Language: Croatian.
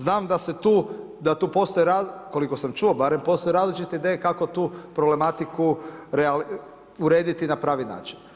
Znam da se tu, da tu postoje, koliko sam čuo barem, postoje različite ideje, kako tu problematiku urediti i na pravi način.